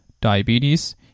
diabetes